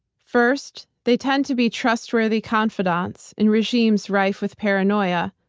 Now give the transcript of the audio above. first, they tend to be trustworthy confidantes in regimes rife with paranoia,